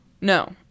no